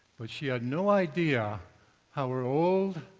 but she had no idea how her old,